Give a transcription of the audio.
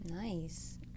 nice